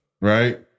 Right